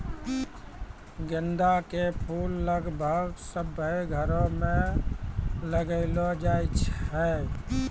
गेंदा के फूल लगभग सभ्भे घरो मे लगैलो जाय छै